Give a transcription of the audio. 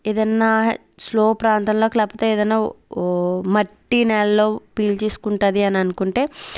ఏదన్నా స్లో ప్రాంతాల్లో లేకపోతే ఏదన్నా మట్టి నెలలో పిల్చేసుకుంటుంది అని అనుకుంటే